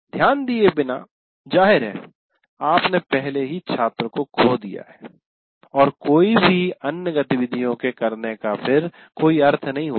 ध्यान दिए बिना जाहिर है आपने पहले ही छात्र को खो दिया है और कोई भी अन्य गतिविधियों के करने का कोई अर्थ नहीं होगा